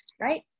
right